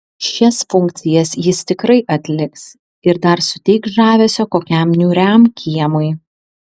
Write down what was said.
šias funkcijas jis tikrai atliks ir dar suteiks žavesio kokiam niūriam kiemui